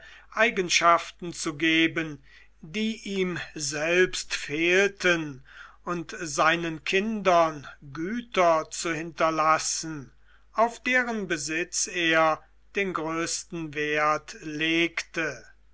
eigenschaften zu geben die ihm selbst fehlten und seinen kindern güter zu hinterlassen auf deren besitz er den größten wert legte